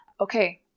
Okay